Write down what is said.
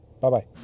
Bye-bye